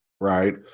right